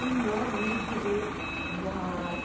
ᱤᱧᱫᱚ ᱱᱤᱛ ᱫᱷᱟᱹᱵᱤᱡ ᱡᱟᱦᱟᱸ